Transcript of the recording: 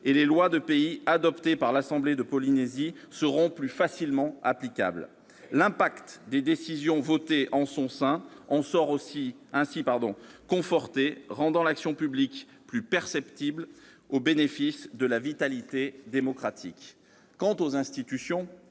et les lois de pays adoptées par l'assemblée de la Polynésie seront plus facilement applicables. L'impact des décisions votées par cette assemblée en sort ainsi conforté, rendant l'action publique plus perceptible, au bénéfice de la vitalité démocratique. Quant aux institutions,